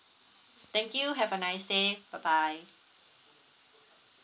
thank you have a nice day bye bye